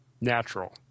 natural